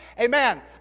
amen